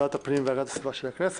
ועדת הפנים וועדת הכנסת.